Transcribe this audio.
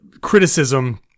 criticism